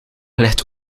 ligt